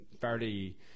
fairly